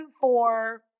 four